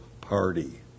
party